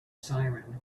siren